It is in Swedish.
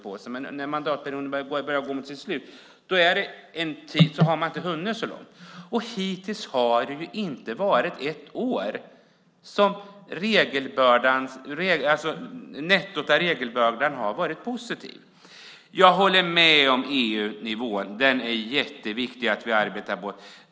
Men nu börjar mandatperioden gå mot sitt slut, och man har inte hunnit så långt. Hittills har det inte varit ett enda år då nettot av regelbördan har varit positivt. Jag håller med om att det är jätteviktigt att vi arbetar på EU-nivå.